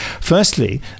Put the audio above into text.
Firstly